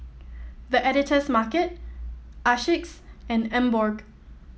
The Editor's Market Asics and Emborg